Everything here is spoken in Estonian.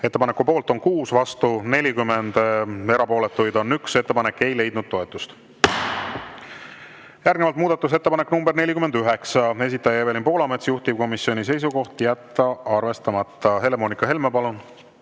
Ettepaneku poolt on 6, vastu 40, erapooletuid 1. Ettepanek ei leidnud toetust. Järgnevalt muudatusettepanek nr 49, esitaja Evelin Poolamets, juhtivkomisjoni seisukoht on jätta arvestamata. Helle-Moonika Helme, palun!